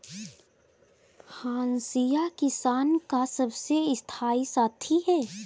हंसिया किसान का सबसे स्थाई साथी है